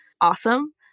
Awesome